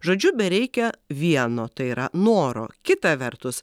žodžiu bereikia vieno tai yra noro kita vertus